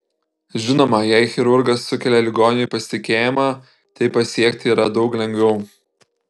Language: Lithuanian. žinoma jei chirurgas sukelia ligoniui pasitikėjimą tai pasiekti yra daug lengviau